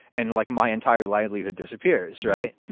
and like, my entire livelihood disappears. right.